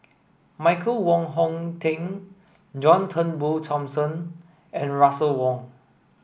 Michael Wong Hong Teng John Turnbull Thomson and Russel Wong